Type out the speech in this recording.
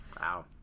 Wow